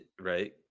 Right